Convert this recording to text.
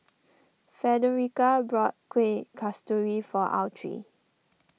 Fredericka bought Kuih Kasturi for Autry